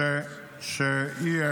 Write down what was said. באיזה זמן, מי